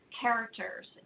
Characters